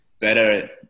better